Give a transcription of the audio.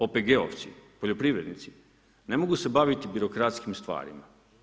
OPG-ovci, poljoprivrednici ne mogu se baviti birokratskim stvarima.